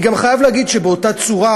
אני גם חייב להגיד שבאותה צורה,